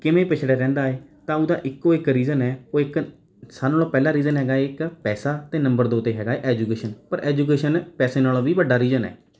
ਕਿਵੇਂ ਪਛੜਿਆ ਰਹਿੰਦਾ ਹੈ ਤਾਂ ਉਹਦਾ ਇੱਕੋ ਇੱਕ ਰੀਜ਼ਨ ਹੈ ਉਹ ਇੱਕ ਸਾਰਿਆਂ ਨਾਲੋਂ ਪਹਿਲਾ ਰੀਜ਼ਨ ਹੈਗਾ ਹੈ ਇੱਕ ਪੈਸਾ ਅਤੇ ਨੰਬਰ ਦੋ 'ਤੇ ਹੈਗਾ ਐਜੂਕੇਸ਼ਨ ਪਰ ਐਜੂਕੇਸ਼ਨ ਪੈਸੇ ਨਾਲੋਂ ਵੀ ਵੱਡਾ ਰੀਜ਼ਨ ਹੈ